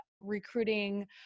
recruiting